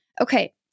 Okay